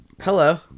hello